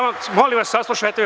Molim vas, saslušajte me.